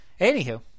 Anywho